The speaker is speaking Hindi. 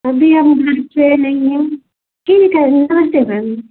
अभी हम घर पर नहीं है ठीक है नमस्ते मैम